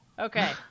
Okay